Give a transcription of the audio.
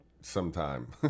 sometime